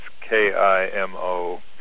K-I-M-O